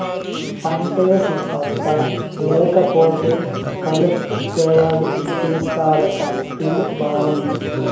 పంటేసి పత్తా లేకపోతే కలుపెవడు తీస్తాడట పిలు బావని